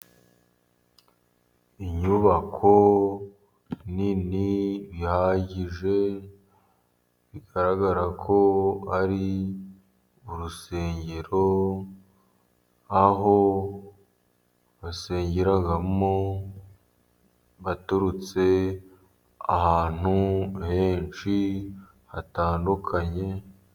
Inyubako nini bihagije, bigaragara ko ari urusengero, aho basengeragamo baturutse, ahantu henshi hatandukanye.